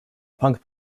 punk